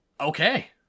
Okay